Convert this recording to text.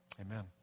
Amen